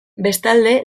bestalde